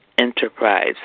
enterprise